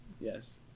yes